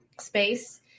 space